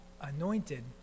anointed